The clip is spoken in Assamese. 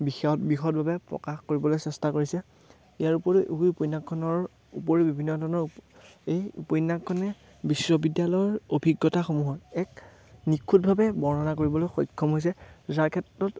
বিশদদভাৱে প্ৰকাশ কৰিবলৈ চেষ্টা কৰিছে ইয়াৰ উপৰিও উপন্যাসখনৰ ওপৰিও বিভিন্ন ধৰণৰ এই উপন্যাসখনে বিশ্ববিদ্যালয়ৰ অভিজ্ঞতাসমূহৰ এক নিখুঁতভাৱে বৰ্ণনা কৰিবলৈ সক্ষম হৈছে যাৰ ক্ষেত্ৰত